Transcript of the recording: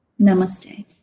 namaste